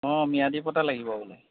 অঁ ম্যাদী পট্টা লাগিব বোলে